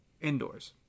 indoors